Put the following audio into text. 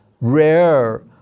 rare